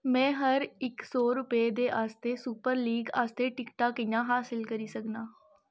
में हर इक सौ रपेऽ दे आस्तै सुपर लीग आस्तै टिकटां कि'यां हासल करी सकनां